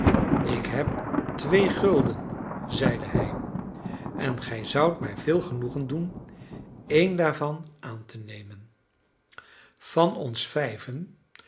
ik heb twee gulden zeide hij en gij zoudt mij veel genoegen doen een daarvan aan te nemen van ons vijven